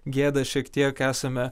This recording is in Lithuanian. gėdą šiek tiek esame